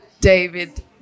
David